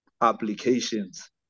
applications